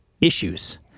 issues